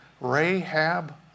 Rahab